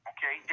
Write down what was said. Okay